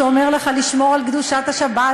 שאומר לך לשמור על קדושת השבת,